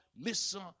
listen